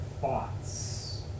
thoughts